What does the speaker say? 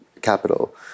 capital